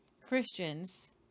Christians